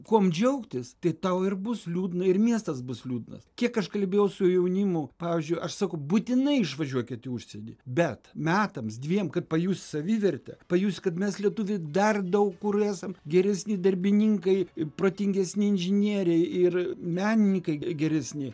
kuom džiaugtis tai tau ir bus liūdna ir miestas bus liūdnas kiek aš kalbėjau su jaunimu pavyzdžiui aš sakau būtinai išvažiuokit į užsienį bet metams dviem kad pajust savivertę pajust kad mes lietuviai dar daug kur esam geresni darbininkai protingesni inžinieriai ir menininkai geresni